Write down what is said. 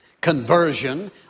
conversion